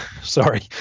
Sorry